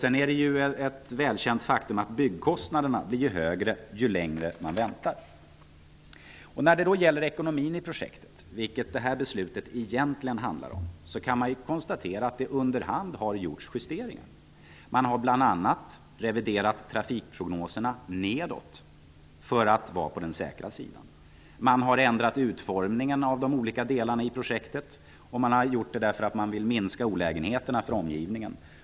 Ett välkänt faktum är också att byggkostnaderna blir högre ju längre man väntar. När det gäller ekonomin i projektet, vilket detta beslut egentligen handlar om, kan man konstatera att det under hand har gjorts justeringar. Man har bl.a. reviderat trafikprognoserna nedåt, för att vara på den säkra sidan. Man har ändrat utformningen av de olika delarna i projektet, eftersom man vill minska olägenheterna för omgivningen.